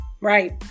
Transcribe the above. Right